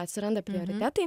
atsiranda prioritetai